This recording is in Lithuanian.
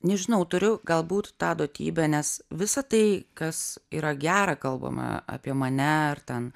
nežinau turiu galbūt tą duotybę nes visa tai kas yra gera kalbama apie mane ar ten